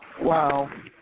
Wow